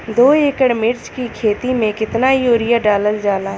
दो एकड़ मिर्च की खेती में कितना यूरिया डालल जाला?